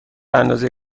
اندازه